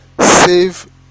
save